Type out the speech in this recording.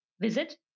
Visit